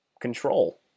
control